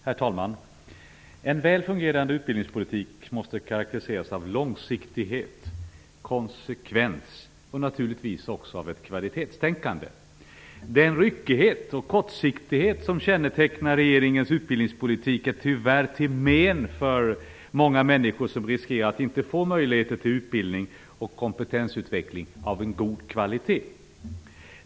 Herr talman! En väl fungerande utbildningspolitik måste karakteriseras av långsiktighet, konsekvens och naturligtvis också ett kvalitetstänkande. Den ryckighet och kortsiktighet som kännetecknar regeringens utbildningspolitik är tyvärr till men för många människor, som riskerar att inte få möjligheter till utbildning och kompetensutveckling av god kvalitet.